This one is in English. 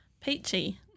peachy